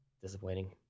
Disappointing